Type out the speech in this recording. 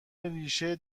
ریشه